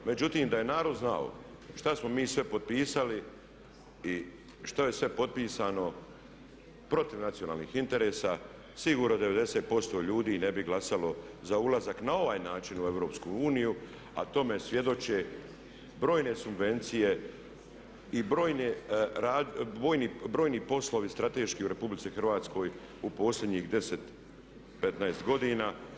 Međutim, da je narod znao šta smo mi sve potpisali i što je sve potpisano protiv nacionalnih interesa sigurno 90% ljudi ne bi glasalo za ulazak na ovaj način u EU, a tome svjedoče brojne subvencije i brojni poslovi strateški u RH u posljednjih 10, 15 godina.